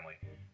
family